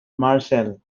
marcel